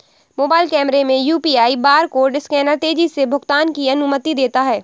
mobile कैमरे में UPI barcode scanner तेजी से भुगतान की अनुमति देता है